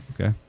Okay